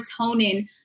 serotonin